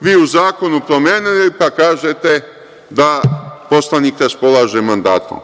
vi u zakonu promenili, pa kažete da poslanik raspolaže mandatom,